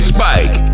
Spike